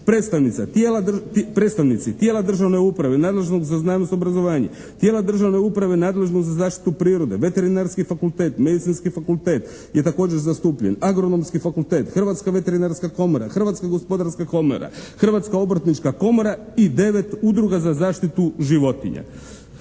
predstavnici tijela državne uprave nadležnog za znanost, obrazovanje, tijela državne uprave nadležno za zaštitu prirode, Veterinarski fakultet, Medicinski fakultet je također zastupljen, Agronomski fakultet, Hrvatska veterinarska komora, Hrvatska gospodarska komora, Hrvatska obrtnička komora i devet Udruga za zaštitu životinja.